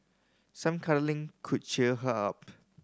some cuddling could cheer her up